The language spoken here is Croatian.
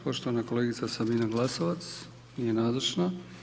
Poštovana kolegica Sabina Glasovac, nije nazočna.